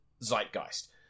zeitgeist